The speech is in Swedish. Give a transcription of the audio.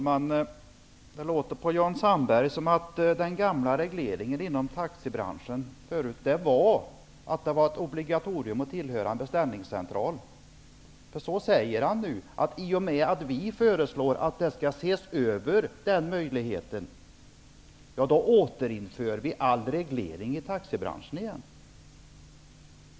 Herr talman! Det låter på Jan Sandberg som att den gamla regleringen inom taxibranschen innebar att det var ett obligatorium att tillhöra en beställningscentral. Han säger nu att vi återinför all reglering i taxibranschen i och med att vi föreslår att denna möjlighet skall ses över.